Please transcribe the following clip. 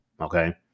Okay